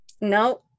No